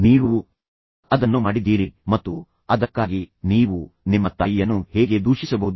ನೀವು ಅದನ್ನು ಮಾಡಿದ್ದೀರಿ ಮತ್ತು ಅದಕ್ಕಾಗಿ ನೀವು ನಿಮ್ಮ ತಾಯಿಯನ್ನು ಹೇಗೆ ದೂಷಿಸಬಹುದು